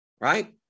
Right